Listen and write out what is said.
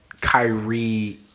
Kyrie